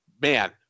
man